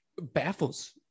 baffles